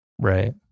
Right